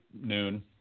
noon